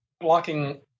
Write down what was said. blocking